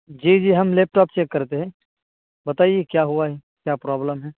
جی جی ہم laptop check کرتے ہیں بتائیے کیا ہوا ہے کیا پرابلم ہے